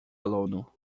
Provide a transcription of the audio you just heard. aluno